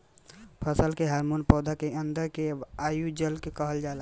फसल में हॉर्मोन पौधा के अंदर के अणु के कहल जाला